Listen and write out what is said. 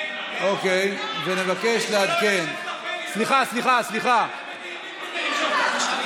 אוקיי, ונבקש לעדכן, סליחה, סליחה, סליחה.